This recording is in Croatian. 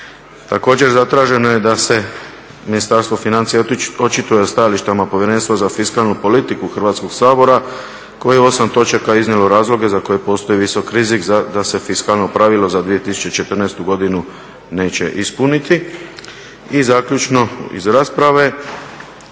Također zatraženo je da se Ministarstvo financija očituje o stajalištima Povjerenstva za fiskalnu politiku Hrvatskog sabora koji je u 8 točaka iznijelo razloge za koje postoji visok rizik da se fiskalno pravilo za 2014. godinu neće ispuniti. I zaključno iz rasprave,